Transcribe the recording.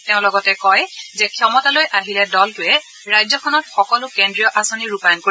তেওঁ লগতে কয় যে ক্ষমতালৈ আহিলে দলটোৱে ৰাজ্যখনত সকলো কেন্দ্ৰীয় আঁচনি ৰূপায়ণ কৰিব